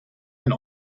and